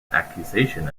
accusations